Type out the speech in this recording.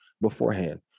beforehand